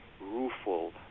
rueful